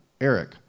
Eric